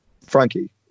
frankie